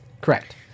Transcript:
Correct